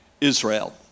Israel